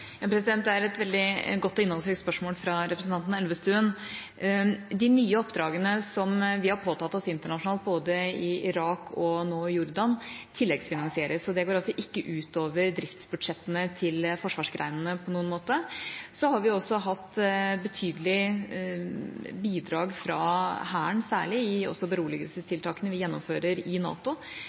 Det er et veldig godt og innholdsrikt spørsmål fra representanten Elvestuen. De nye oppdragene som vi har påtatt oss internasjonalt, både i Irak og nå i Jordan, tilleggsfinansieres, så det går altså ikke ut over driftsbudsjettene til forsvarsgrenene på noen måte. Så har vi også hatt betydelige bidrag fra Hæren, særlig også i beroligelsestiltakene vi gjennomfører i NATO,